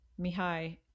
Mihai